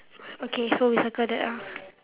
okay so we circle that ah